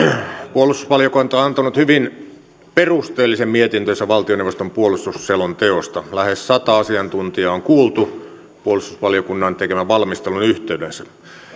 puolustusvaliokunta on antanut hyvin perusteellisen mietintönsä valtioneuvoston puolustusselonteosta lähes sataa asiantuntijaa on kuultu puolustusvaliokunnan tekemän valmistelun yhteydessä